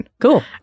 Cool